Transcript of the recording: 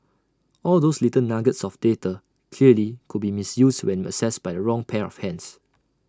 all those little nuggets of data clearly could be misused when accessed by the wrong pair of hands